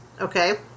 Okay